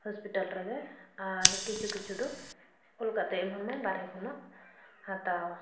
hospital ᱨᱮᱜᱮ ᱟᱨ ᱠᱤᱪᱷᱩ ᱠᱤᱪᱷᱩ ᱫᱚ ᱚᱞ ᱠᱟᱛᱮᱫ ᱮᱢᱟᱢᱟᱭ ᱵᱟᱦᱨᱮ ᱠᱷᱚᱱᱟᱜ ᱦᱟᱛᱟᱣ